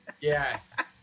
Yes